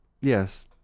Yes